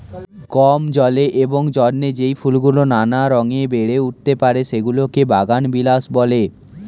কম জলে এবং যত্নে যেই ফুলগুলো নানা রঙে বেড়ে উঠতে পারে, সেগুলোকে বাগানবিলাস বলে